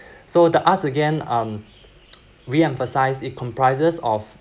so the arts again um reemphasise it comprises of